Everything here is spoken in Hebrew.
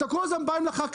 אתם כל הזמן באים לחקלאים,